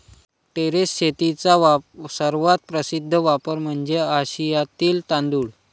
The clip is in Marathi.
टेरेस शेतीचा सर्वात प्रसिद्ध वापर म्हणजे आशियातील तांदूळ